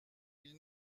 ils